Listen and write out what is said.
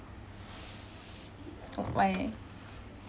oh why